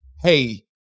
Hey